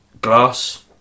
Glass